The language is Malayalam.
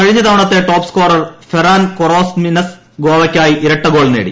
കഴിഞ്ഞ തവണത്തെ ടോപ് സ്കോറർ ഫെറാൻ കോറോമിനസ് ഗോവയ്ക്കായി ഇരട്ടഗോൾ നേടി